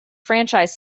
franchise